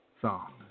song